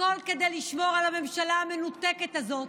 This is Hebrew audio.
הכול כדי לשמור על הממשלה המנותקת הזאת,